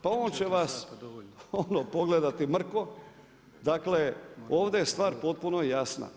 Pa on će vas, ono pogledati mrko, dakle ovdje je stvar potpuno jasna.